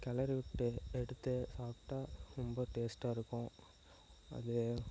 கிளரி விட்டு எடுத்து சாப்பிட்டா ரொம்ப டேஸ்ட்டாக இருக்கும் அது